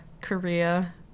korea